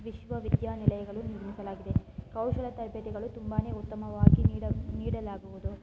ವಿಶ್ವ ವಿದ್ಯಾನಿಲಯಗಳು ನಿರ್ಮಿಸಲಾಗಿದೆ ಕೌಶಲ ತರಬೇತಿಗಳು ತುಂಬಾ ಉತ್ತಮವಾಗಿ ನೀಡ ನೀಡಲಾಗುವುದು